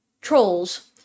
trolls